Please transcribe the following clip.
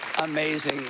amazing